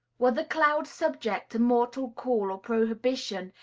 were the clouds subject to mortal call or prohibition,